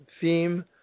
theme